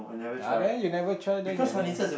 ah there you never tried then you